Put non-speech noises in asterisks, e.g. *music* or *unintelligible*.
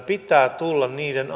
pitää tulla niiden *unintelligible*